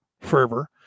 fervor